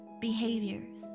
behaviors